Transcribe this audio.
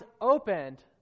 opened